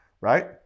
Right